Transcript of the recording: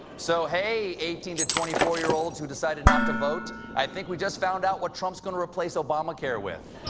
so, hey, eighteen to twenty four year olds who decided not to vote, i think we just found out what trump's going to replace obamacare with.